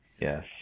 Yes